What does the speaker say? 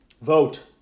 Vote